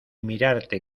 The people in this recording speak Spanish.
mirarte